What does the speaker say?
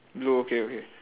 blue okay okay